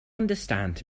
understand